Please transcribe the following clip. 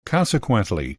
consequently